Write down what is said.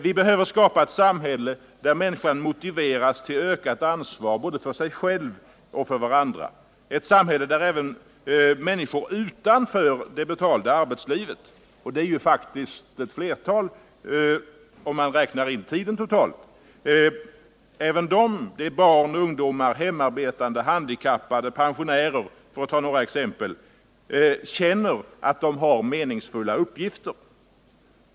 Vi behöver skapa ett samhälle där människan motiveras till ökat ansvar både för sig själv och för varandra, ett samhälle där även människor utanför det betalda arbetslivet — och det är faktiskt flertalet om man räknar med den totala tiden —, barn, ungdomar, hemarbetande, handikappade och pensionärer för att ta några exempel, känner att de har meningsfulla uppgifter.